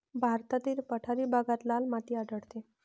भारतातील पठारी भागात लाल माती आढळते